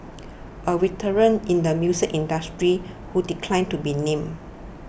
a veteran in the music industry who declined to be named